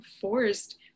forced